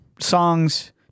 songs